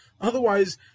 Otherwise